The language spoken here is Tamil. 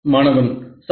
மாணவன் சார்